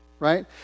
Right